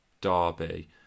Derby